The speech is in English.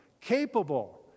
capable